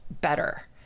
better